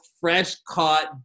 fresh-caught